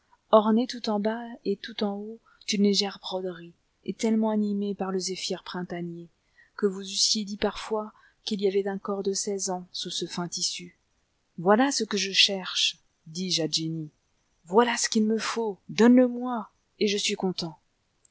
ornée tout en bas et tout en haut d'une légère broderie et tellement animée par le zéphyr printanier que vous eussiez dit parfois qu'il y avait un corps de seize ans sous ce fin tissu voilà ce que je cherche dis-je à jenny voilà ce qu'il me faut donne le moi et je suis content